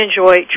enjoy